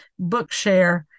Bookshare